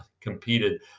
competed